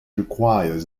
requires